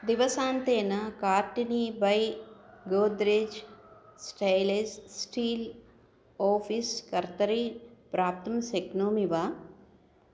दिवसान्तेन कार्टनी बै गोद्रेज् स्टैलेस् स्टील् ओफ़िस् कर्तरीं प्राप्तुं शक्नोमि वा